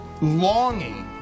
longing